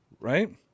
right